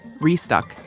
restuck